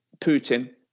Putin